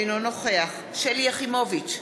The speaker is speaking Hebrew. אינו נוכח שלי יחימוביץ,